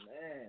man